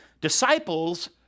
Disciples